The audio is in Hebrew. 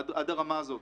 עד הרמה הזאת.